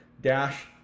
dash